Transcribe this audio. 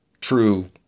true